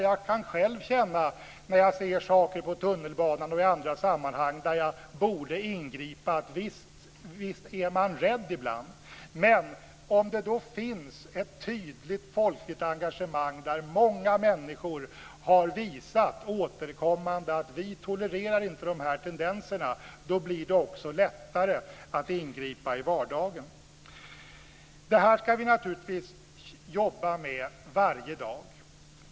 Jag kan själv när jag ser saker på tunnelbanan och i andra sammanhang där jag borde ingripa känna att jag är rädd ibland. Men om det då finns ett tydligt folkligt engagemang, där många människor har visat återkommande att vi inte tolererar de här tendenserna, blir det också lättare att ingripa i vardagen. Det här ska vi naturligtvis jobba med varje dag.